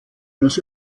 eines